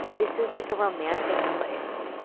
this is, like, a romantic place.